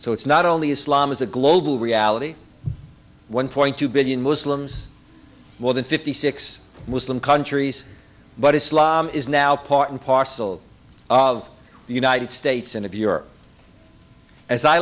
so it's not only islam as a global reality one point two billion muslims more than fifty six muslim countries but islam is now part and parcel of the united states and of europe as i